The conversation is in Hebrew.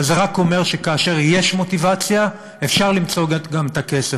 אבל זה רק אומר שכאשר יש מוטיבציה אפשר למצוא גם את הכסף.